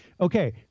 okay